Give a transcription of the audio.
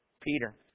Peter